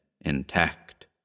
intact